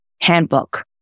handbook